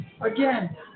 again